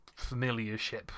familiarship